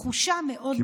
תחושה מאוד מאוד קשה.